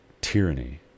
tyranny